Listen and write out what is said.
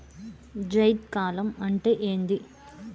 జైద్ కాలం అంటే ఏంది?